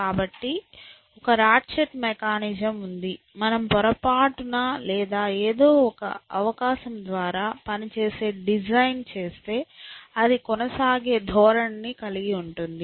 కాబట్టి ఒక ratchet mechanism ఉంది మనం పొరపాటున లేదా ఎదో ఒక అవకాశం ద్వారా పని చేసేదాన్ని డిజైన్ చేస్తే అది కొనసాగే ధోరణిని కలిగి ఉంటుంది